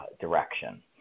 direction